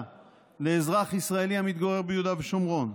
לאזרח ישראלי המתגורר ביהודה ושומרון.